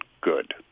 good